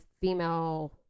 female